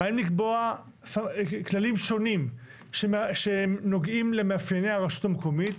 האם לקבוע כללים שונים שנוגעים למאפייני הרשות המקומית,